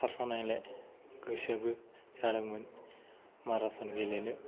खारफानायलाय गोसोबो जादोंमोन माराथ'न गेलेनो